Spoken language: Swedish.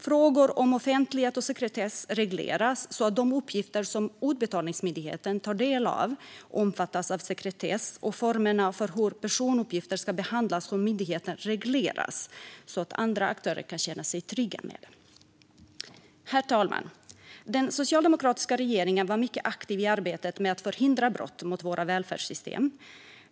Frågor om offentlighet och sekretess regleras så att de uppgifter som Utbetalningsmyndigheten tar del av omfattas av sekretess, och formerna för hur personuppgifter ska behandlas hos myndigheten regleras så att andra aktörer kan känna sig trygga med det. Herr talman! Den socialdemokratiska regeringen var mycket aktiv i arbetet med att förhindra brott mot våra välfärdssystem.